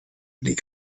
les